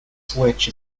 switch